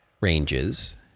ranges